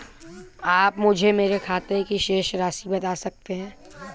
आप मुझे मेरे खाते की शेष राशि बता सकते हैं?